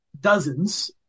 dozens